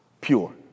pure